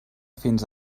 fins